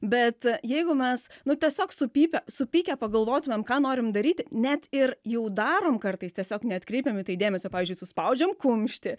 bet jeigu mes nu tiesiog supypę supykę pagalvotum ką norim daryti net ir jau darom kartais tiesiog neatkreipiam į tai dėmesio pavyzdžiui suspaudžiam kumštį